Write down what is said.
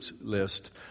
list